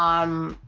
um i'm